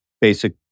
basic